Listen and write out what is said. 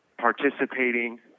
participating